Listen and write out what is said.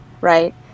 right